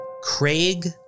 Craig